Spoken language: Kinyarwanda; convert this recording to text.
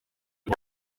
iki